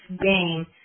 game